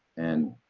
and